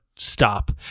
stop